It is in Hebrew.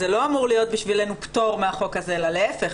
זה לא אמור להיות בשבילנו פטור מהחוק הזה אלא להיפך,